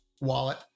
wallet